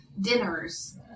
dinners